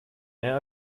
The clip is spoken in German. mehr